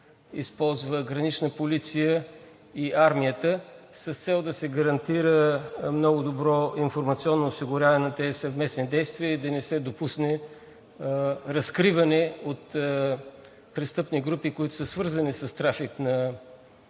използват „Гранична полиция“ и Армията, с цел да се гарантира много добро информационно осигуряване на тези съвместни действия и да не се допусне разкриване от престъпни групи, свързани с трафик на